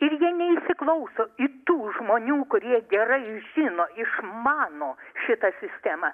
ir jie neįsiklauso į tų žmonių kurie gerai žino išmano šitą sistemą